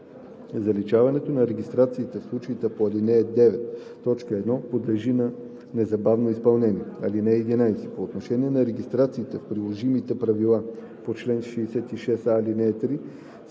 Заличаването на регистрацията в случаите на ал. 9, т. 1 подлежи на незабавно изпълнение. (11) По отношение на регистрациите в приложимите правила по чл. 66а, ал. 3